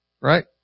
Right